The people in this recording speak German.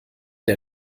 der